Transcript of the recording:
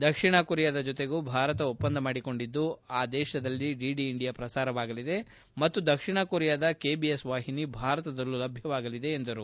ದಕ್ಷಿಣ ಕೊರಿಯಾದ ಜೊತೆಗೂ ಭಾರತ ಒಪ್ಪಂದ ಮಾಡಿಕೊಂಡಿದ್ದು ಆ ದೇಶದಲ್ಲಿ ಡಿಡಿ ಇಂಡಿಯಾ ಪ್ರಸಾರವಾಗಲಿದೆ ಮತ್ತು ದಕ್ಷಿಣ ಕೊರಿಯಾದ ಕೆಬಿಎಸ್ ವಾಹಿನಿ ಭಾರತದಲ್ಲೂ ಲಭ್ಯವಾಗಲಿದೆ ಎಂದರು